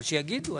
אבל שיגידו.